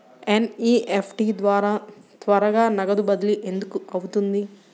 NEFT ద్వారా త్వరగా నగదు బదిలీ ఎందుకు అవుతుంది?